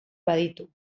baditu